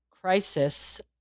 crisis